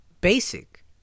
basic